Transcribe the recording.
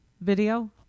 video